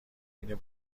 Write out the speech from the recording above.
حین